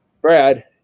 Brad